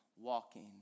walking